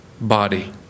body